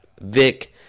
Vic